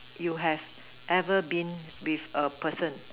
you have ever been with a person